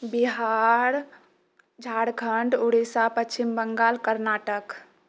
Bihar Jharkhand Orissa Paschim Bangal Karnataka